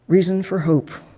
reason for hope,